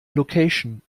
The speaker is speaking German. location